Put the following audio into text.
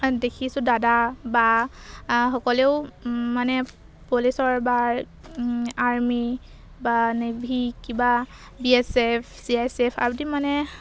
দেখিছোঁ দাদা বা সকলেও মানে পুলিচৰ বা আৰ্মি বা নেভি কিবা B S F C S F মানে